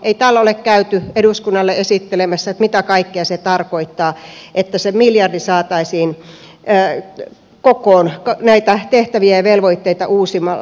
ei täällä ole käyty eduskunnalle esittelemässä mitä kaikkea se tarkoittaa että se miljardi saataisiin kokoon näitä tehtäviä ja velvoitteita uusimalla